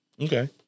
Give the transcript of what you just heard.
Okay